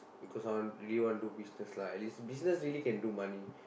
because I want really want do business lah because business really can do money